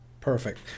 Perfect